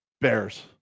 Bears